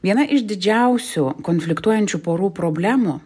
viena iš didžiausių konfliktuojančių porų problemų